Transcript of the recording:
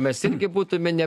mes irgi būtume ne